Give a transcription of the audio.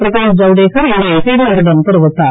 பிரகாஷ் ஜவுடேகர் இதை செய்தியாளர்களிடம் தெரிவித்தார்